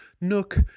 Nook